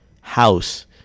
house